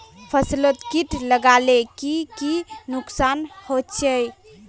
फसलोत किट लगाले की की नुकसान होचए?